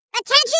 Attention